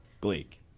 Gleek